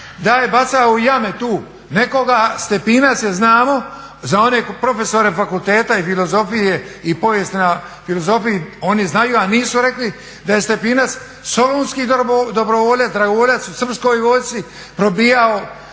da je bacao u jame tu nekoga. Stepinac je znamo za one profesore fakulteta i filozofije i povijesti na filozofiji, oni znaju a nisu rekli da je Stepinac solunski dobrovoljac, dragovoljac u srpskoj vojsci probijao